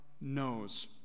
knows